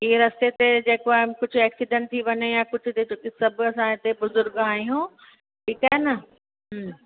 की रस्ते ते जेको आहे कुझु एक्सीडंट थी वञे यां कुछ बि छो की सभु असां हिते बुज़र्ग आहियूं ठीकु आहे न हम्म